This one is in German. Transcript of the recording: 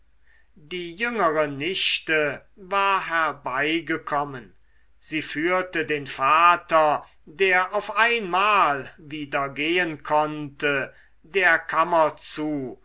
die jüngere nichte war herbeigekommen sie führten den vater der auf einmal wieder gehen konnte der kammer zu